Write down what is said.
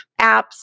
apps